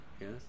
Yes